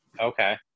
Okay